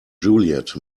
juliet